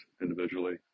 individually